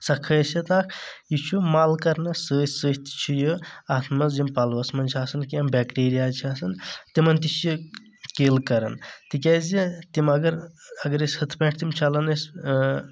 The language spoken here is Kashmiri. سۄ خأصیت اکھ یہِ چھُ مَل کڑنس سۭتۍ سۭتۍ چھُ یہِ اَتھ منٛز یِم پَلوس منٛز چھ آسان کینٛہہ بیٚکٹیٖریہ چھِ آسان تِمن تہِ چھ یہِ کِل کران تِکیٛازِ تِم اگر اگر أسۍ ہُتھہٕ پأٹھۍ تِم چَھلان أسۍ